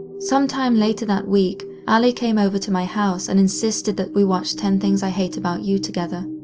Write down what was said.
sometime later that week allie came over to my house and insisted that we watched ten things i hate about you together.